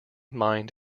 mind